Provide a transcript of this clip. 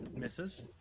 Misses